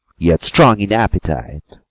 yet strong in appetite.